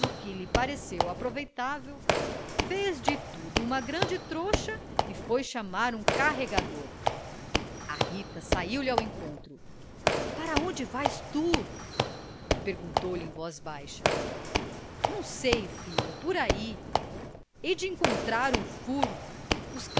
que lhe pareceu aproveitável fez de tudo uma grande trouxa e foi chamar um carregador a rita saiu-lhe ao encontro para onde vais tu perguntou-lhe em voz baixa não sei filha por ai hei de encontrar um furo